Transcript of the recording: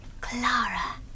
Clara